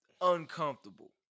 uncomfortable